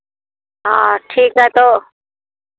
हाँ ठीक है तो